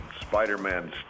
Spider-Man